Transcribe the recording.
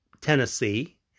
Tennessee